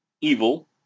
Evil